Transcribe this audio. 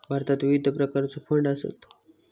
भारतात विविध प्रकारचो फंड आसत